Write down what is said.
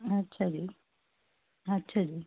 ਅੱਛਾ ਜੀ ਅੱਛਾ ਜੀ